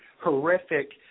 horrific